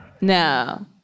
No